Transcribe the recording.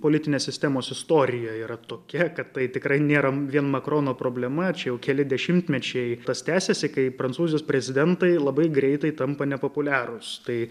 politinės sistemos istorija yra tokia kad tai tikrai nėra vien makrono problema čia jau keli dešimtmečiai tas tęsiasi kai prancūzijos prezidentai labai greitai tampa nepopuliarūs tai